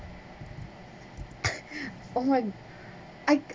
oh my I